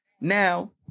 Now